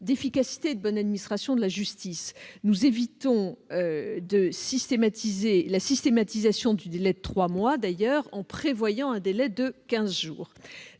d'efficacité et de bonne administration de la justice- nous évitons d'ailleurs la systématisation du délai de trois mois en prévoyant un délai de quinze jours.